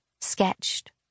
sketched